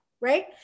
right